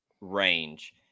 range